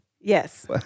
Yes